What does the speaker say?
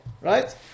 Right